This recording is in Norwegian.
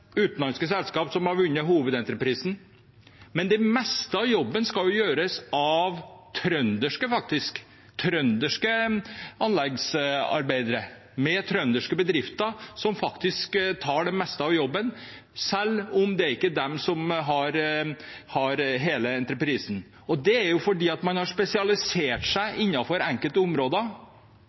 utenlandske selskap som har vunnet hovedentreprisen, men det meste av jobben skal gjøres av trønderske anleggsarbeidere, med trønderske bedrifter som tar det meste av jobben, selv om det ikke er dem som har hele entreprisen. Det er fordi man har spesialisert seg innenfor enkelte områder,